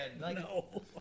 No